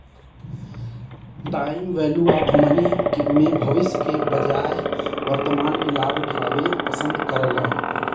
time value of money में भविष्य के बजाय वर्तमान में लाभ उठावे पसंद करेलन